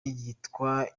yitwa